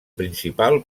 principal